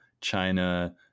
China